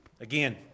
Again